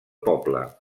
poble